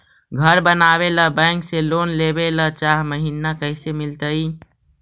घर बनावे ल बैंक से लोन लेवे ल चाह महिना कैसे मिलतई?